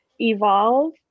evolve